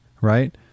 right